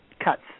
cuts